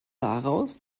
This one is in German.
daraus